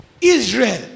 Israel